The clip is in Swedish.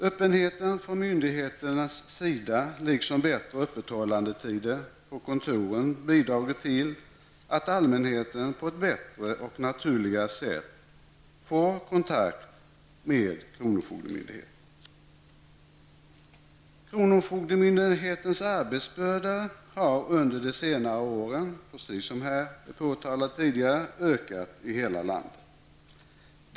Öppenheten från myndigheternas sida liksom bättre öppethållandetider på kontoren har bidragit till att allmänheten får kontakt med kronofogdemyndigheten på ett bättre och naturligare sätt. Kronofogdemyndighetens arbetsbörda har, såsom har påtalats här tidigare, under de senaste åren ökat i hela landet.